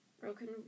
broken